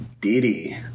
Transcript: Diddy